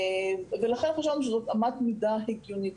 ולכן חשבנו שזאת אמת מידה הגיונית.